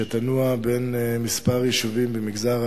שתנוע בין כמה יישובים במגזר,